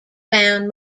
found